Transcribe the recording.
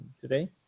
today